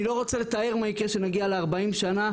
אני לא רוצה לתאר מה יקרה כשנגיע ל-40 שנים,